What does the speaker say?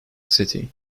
city